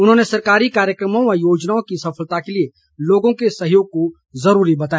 उन्होंने सरकारी कार्यक्रमों व योजनाओं की सफलता के लिए लोगों के सहयोग को जरूरी बताया